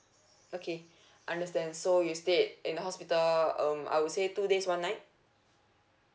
okay understand so you stayed in the hospital um I would say two days one night